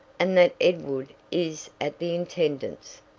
and that edward is at the intendant's.